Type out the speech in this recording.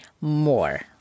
more